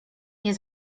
nie